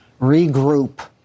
regroup